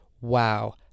wow